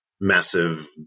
massive